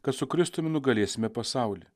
kad su kristumi nugalėsime pasaulį